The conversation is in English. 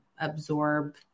absorb